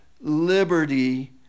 Liberty